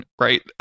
right